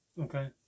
Okay